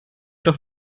doch